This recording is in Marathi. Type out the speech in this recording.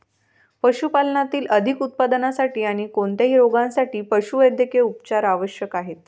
पशुपालनातील अधिक उत्पादनासाठी आणी कोणत्याही रोगांसाठी पशुवैद्यकीय उपचार आवश्यक आहेत